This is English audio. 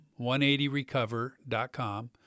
180recover.com